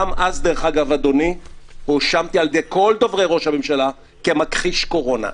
גם אז הואשמתי על ידי כל דוברי ראש הממשלה כמכחיש קורונה.